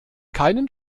keinen